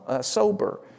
sober